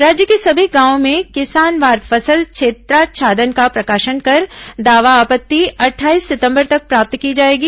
राज्य के सभी गांवों में किसानवार फसल क्षेत्राच्छादन का प्रकाशन कर दावा आपत्ति अट्ठाईस सितंबर तक प्राप्त की जाएगी